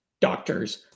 doctors